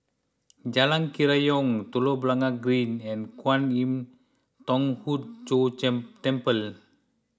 Jalan Kerayong Telok Blangah Green and Kwan Im Thong Hood Cho Temple